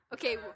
Okay